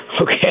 okay